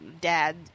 dad